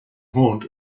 haunt